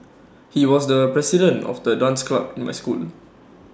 he was the president of the dance club in my school